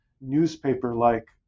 newspaper-like